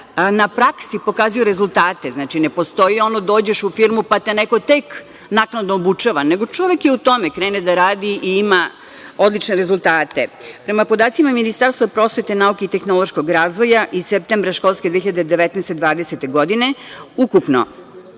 na praksi pokazuju rezultate. Znači, ne postoji ono, dođeš u firmu, pa te neko tek naknadno obučava, nego čovek je u tome, krene da radi i ima odlične rezultate. Prema podacima Ministarstva prosvete, nauke i tehnološkog razvoja iz septembra školske 2019/2020. godine ukupno